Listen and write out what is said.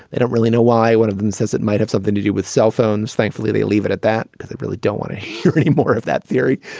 they don't really know why one of them says it might have something to do with cell phones. thankfully they leave it at that because they really don't want to hear any more of that theory.